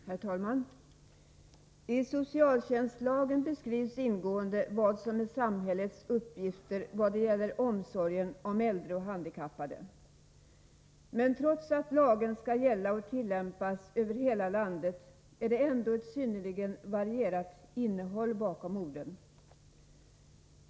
Herr talman! I socialtjänstlagen beskrivs ingående vad som är samhällets uppgifter vad det gäller omsorgen om äldre och handikappade. Men trots att lagen skall gälla och tillämpas över hela landet, är det ändå ett synnerligen varierat innehåll bakom orden.